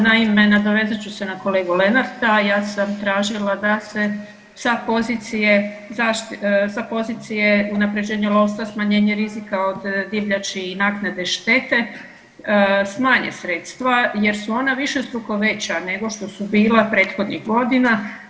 Naime, nadovezat ću se na kolegu Lenarta, ja sam tražila da se sa pozicije unaprjeđenje lovstva i smanjenje rizika od divljači i naknade štete, smanje sredstva jer su ona višestruko veća nego što stu bila prethodnih godina.